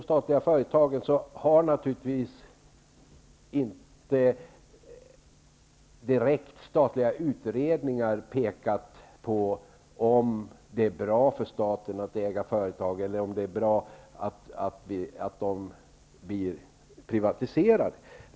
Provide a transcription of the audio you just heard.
Statliga utredningar har naturligtvis inte direkt tagit ställning till om det är bra för staten att äga företag eller om det är bra att de statliga företagen blir privatiserade.